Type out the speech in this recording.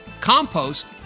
compost